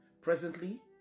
Presently